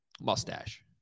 mustache